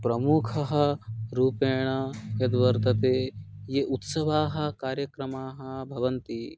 प्रमुखः रूपेण यद्वर्तते ये उत्सवाः कार्यक्रमाः भवन्ति